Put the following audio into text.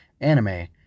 anime